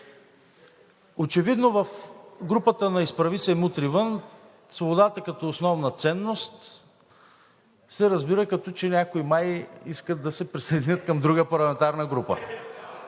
Очевидно в групата на „Изправи се! Мутри вън!“ свободата като основна ценност се разбира, като че някои май искат да се присъединят към друга парламентарна група.